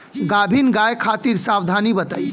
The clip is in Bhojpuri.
गाभिन गाय खातिर सावधानी बताई?